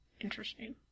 interesting